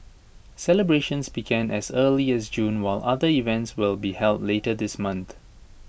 celebrations began as early as June while other events will be held later this month